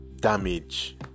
damage